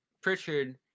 Pritchard